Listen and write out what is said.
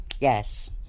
Yes